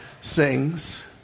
sings